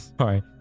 sorry